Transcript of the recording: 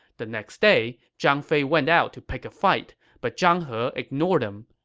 the next day, zhang fei went out to pick a fight, but zhang he ignored him.